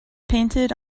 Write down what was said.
painted